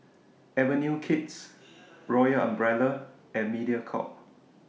Avenue Kids Royal Umbrella and Mediacorp